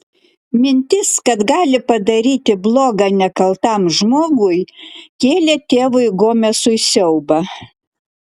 mintis kad gali padaryti bloga nekaltam žmogui kėlė tėvui gomesui siaubą